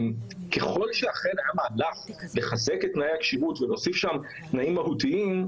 ככל שאכן הוועדה תחזק את תנאי הכשירות ולהוסיף שם תנאים מהותיים,